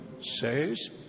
says